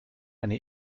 eine